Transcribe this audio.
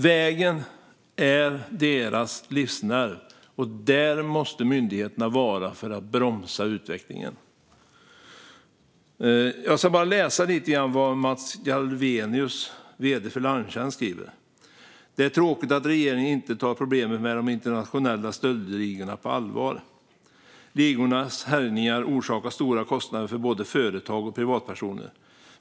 Vägen är deras livsnerv. Där måste också myndigheterna vara för att bromsa utvecklingen. Jag ska läsa lite grann vad Mats Galvenius, vd för Larmtjänst, skriver: Det är tråkigt att regeringen inte tar problemet med de internationella stöldligorna på allvar. Ligornas härjningar orsakar stora kostnader för både företag och privatpersoner.